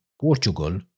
Portugal